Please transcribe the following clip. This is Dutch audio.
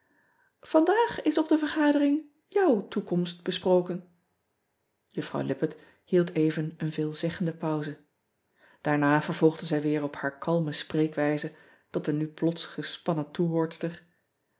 andaag is op de vergadering jouw toekomst besproken uffrouw ippett hield even een veelzeggende pauze aarna vervolgde zij weer op haar kalme spreekwijze tot de nu plots gespannen toehoordster